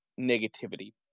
negativity